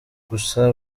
gusa